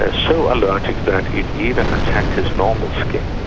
ah so allergic that it even attacked his normal skin.